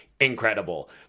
incredible